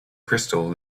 crystal